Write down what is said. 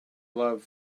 love